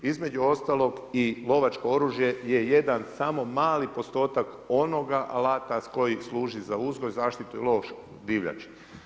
Između ostalog i lovačko oružje je jedan samo mali postotak onoga alata koji služi za uzgoj, zaštitu i lov divljači.